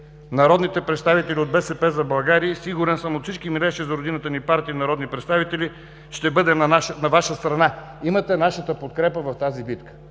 народните представители от „БСП за България“, сигурен съм и всички милеещи за родината ни партии и народни представители, ще бъдем на Ваша страна. Имате нашата подкрепа в тази битка.